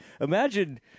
imagine –